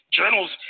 journals